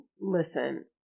listen